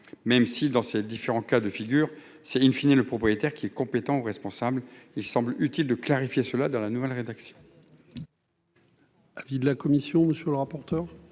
même si, dans ces différents cas de figure, c'est une fini le propriétaire qui est compétent, responsable il semble utile de clarifier cela dans la nouvelle rédaction.